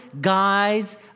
guides